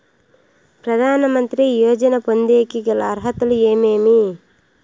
ప్రధాన మంత్రి యోజన పొందేకి గల అర్హతలు ఏమేమి?